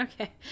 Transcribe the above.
Okay